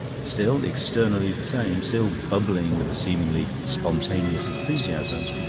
still externally the same, still bubbling with a seemingly spontaneous enthusiasm,